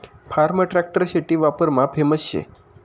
form tractor शेती वापरमा famous शे